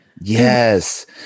Yes